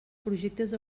projectes